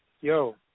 yo